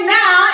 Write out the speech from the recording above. now